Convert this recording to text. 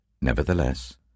Nevertheless